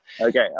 Okay